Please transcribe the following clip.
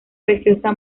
preciosa